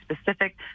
specific